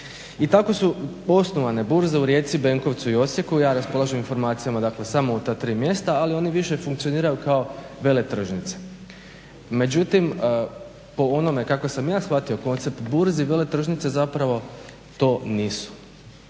I tako su osnovane burze u Rijeci, Benkovcu i Osijeku, ja raspolažem informacijama dakle samo u ta 3 mjesta, ali oni više funkcioniraju kao veletržnice. Međutim, po onome kako sam ja shvatio koncept burzi, veletržnice zapravo to nisu.